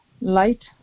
light